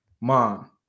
Mom